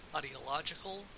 ideological